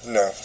no